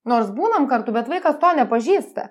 nors būnam kartu bet vaikas to nepažįsta